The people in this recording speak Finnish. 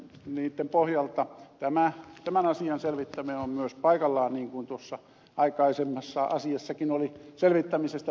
niitten pohjalta tämän asian selvittäminen on myös paikallaan niin kuin tuossa aikaisemmassa asiassakin oli selvittämisestä puhetta